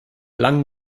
langen